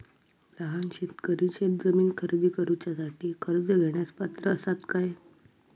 लहान शेतकरी शेतजमीन खरेदी करुच्यासाठी कर्ज घेण्यास पात्र असात काय?